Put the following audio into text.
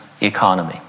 economy